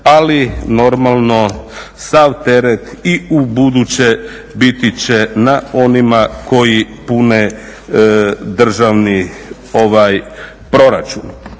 ali normalno sav teret i ubuduće biti će na onima koji pune državni proračun.